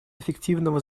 эффективного